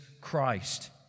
Christ